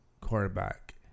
quarterback